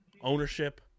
ownership